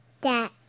Dad